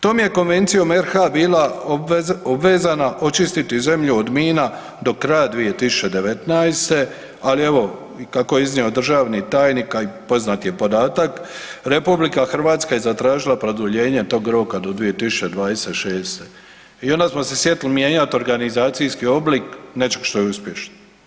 Tom je konvencijom RH bila obvezana očistiti zemlju od mina do kraja 2019., ali evo kako je iznio državni tajnik, a i poznat je podatak, RH je zatražila produljenje tog roka do 2026. i onda smo se sjetili mijenjati organizacijski oblik nečeg što je uspješno.